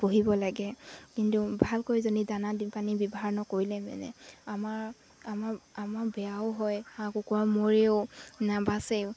পুহিব লাগে কিন্তু ভালকৈ যদি দানা দি পানী ব্যৱহাৰ নকৰিলে মানে আমাৰ আমাৰ আমাৰ বেয়াও হয় হাঁহ কুকুৰা মৰেও নাবাচেও